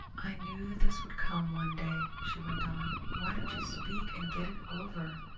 i knew that this would come one day, she went on. why don't you speak and get it over?